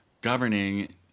governing